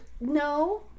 No